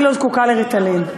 אני לא זקוקה ל"ריטלין".